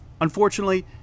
Unfortunately